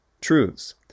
truths